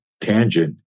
tangent